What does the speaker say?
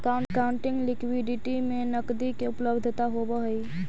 accounting liquidity में नकदी के उपलब्धता होवऽ हई